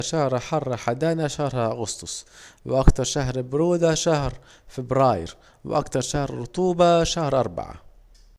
أكتر شهر حر حدانا شهر أغسطس، وأكتر شهر برودة شهر فبراير، وأكتر شهر رطوبة شهر أربعة